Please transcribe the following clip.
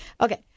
Okay